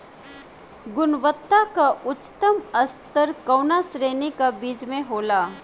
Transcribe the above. गुणवत्ता क उच्चतम स्तर कउना श्रेणी क बीज मे होला?